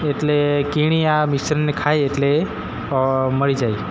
એટલે કીણી આ મિશ્રણ ખાય એટલે મરી જાય